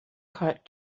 caught